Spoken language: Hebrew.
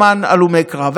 למען הלומי קרב,